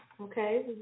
Okay